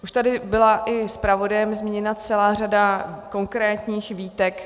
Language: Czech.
Už tady byla i zpravodajem zmíněna celá řada konkrétních výtek.